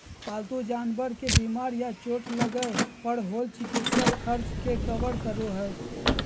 पालतू जानवर के बीमार या चोट लगय पर होल चिकित्सा खर्च के कवर करो हइ